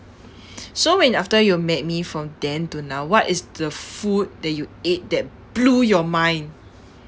so when after you met me from then to now what is the food that you ate that blew your mind